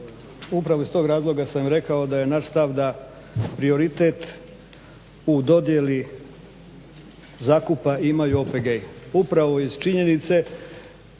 Upravo iz tog razloga sam rekao da je naš stav da prioritet u dodjeli zakupa imaju OPG-i. Upravo iz činjenice